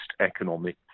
economic